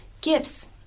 gifts